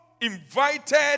invited